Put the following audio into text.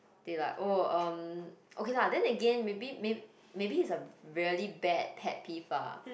they like oh um okay lah then again maybe maybe it's a really bad pet peeve ah